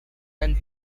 and